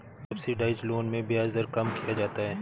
subsidised loan में ब्याज दर कम किया जाता है